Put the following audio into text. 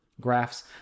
graphs